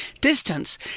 distance